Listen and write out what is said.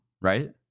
right